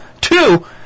Two